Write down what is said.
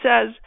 says